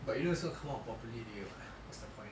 but you know it's gonna come out properly already [what] what's the point